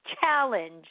challenge